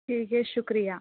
ٹھیک ہے شُکریہ